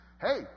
Hey